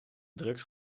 drugs